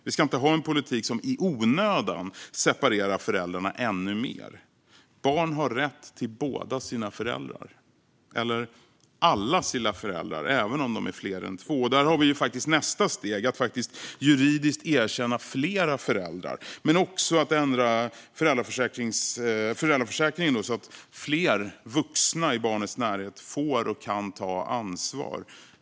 Vi ska inte ha en politik som i onödan separerar föräldrarna ännu mer. Barn har rätt till båda sina föräldrar - eller alla sina föräldrar, även om de är fler än två. Och där har vi ju faktiskt nästa steg: att juridiskt erkänna flera föräldrar, men också att ändra föräldraförsäkringen, så att fler vuxna i barnets närhet får och kan ta ansvar.